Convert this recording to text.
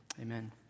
amen